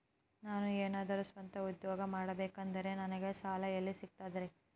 ನಾನು ಏನಾದರೂ ಸ್ವಂತ ಉದ್ಯೋಗ ಮಾಡಬೇಕಂದರೆ ನನಗ ಸಾಲ ಎಲ್ಲಿ ಸಿಗ್ತದರಿ?